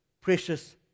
precious